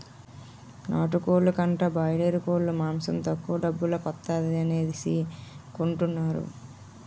నాటుకోలు కంటా బాయలేరుకోలు మాసం తక్కువ డబ్బుల కొత్తాది అనేసి కొనుకుంటారు